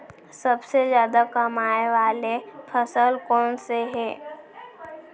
सबसे जादा कमाए वाले फसल कोन से हे?